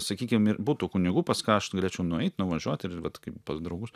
sakykim ir būtų kunigų pas ką aš galėčiau nueit nuvažiuot ir vat kaip pas draugus